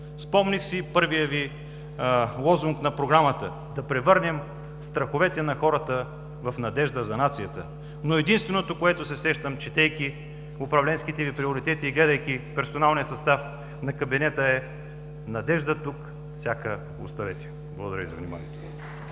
Спомних си първия Ви лозунг на Програмата: „Да превърнем страховете на хората в надежда за нацията“, но единственото, което се сещам, четейки управленските Ви приоритети и гледайки персоналния състав на кабинета, е: „Надежда тук всяка оставете“. Благодаря за вниманието.